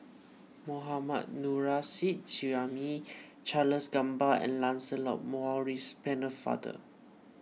Mohammad Nurrasyid Juraimi Charles Gamba and Lancelot Maurice Pennefather